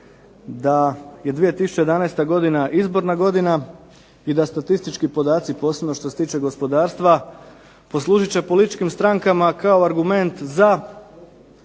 da je 2011. godina izborna godina i da statistički podaci posebno što se tiče gospodarstva poslužit će političkim strankama kao argument za